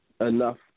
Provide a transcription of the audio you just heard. enough